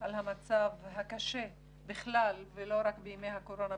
על המצב הקשה בכלל ולא רק בימי הקורונה,